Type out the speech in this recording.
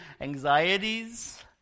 anxieties